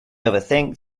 overthink